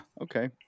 okay